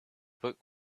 book